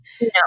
No